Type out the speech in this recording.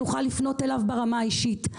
נוכל לפנות אליו ברמה האישית.